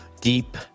deep